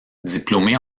diplômé